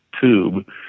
tube